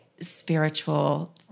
spiritual